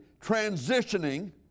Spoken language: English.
transitioning